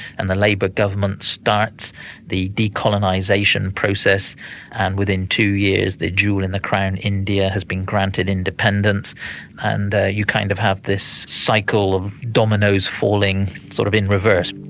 and the labour government starts the decolonisation process and within two years the jewel in the crown, india, has been granted independence and you kind of have this cycle of dominos falling sort of in reverse.